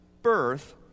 Birth